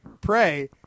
pray